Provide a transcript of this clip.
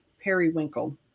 Periwinkle